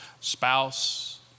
Spouse